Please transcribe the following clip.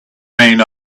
main